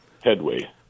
headway